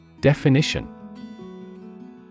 Definition